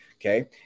Okay